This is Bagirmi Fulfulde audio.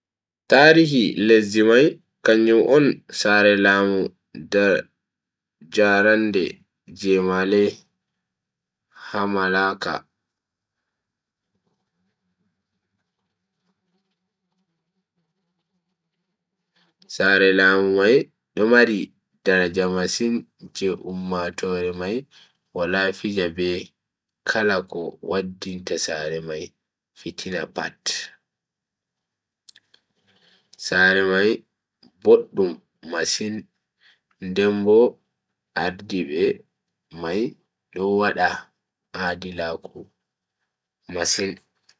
Tarihi lesdi mai kanjum on sare laamu jarande je malay ha malacca. sare laamu mai do mari daraja masin je ummatoore mai wala fija be kala ko waddinta sare mai fitina pat. sare mai boddum masin den Bo ardiibe mai do wada aadilaaku masin.